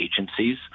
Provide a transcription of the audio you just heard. agencies